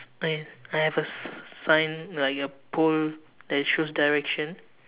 !aiya! I have a sign like a pole that shows direction